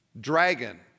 dragon